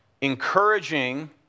encouraging